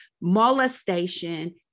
molestation